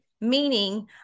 meaning